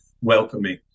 welcoming